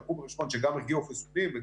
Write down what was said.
כשלקחו בחשבון שגם הגיעו חיסונים.